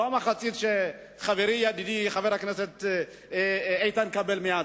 לא המחצית שחברי ידידי איתן כבל מייצג,